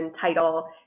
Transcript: title